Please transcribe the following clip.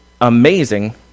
amazing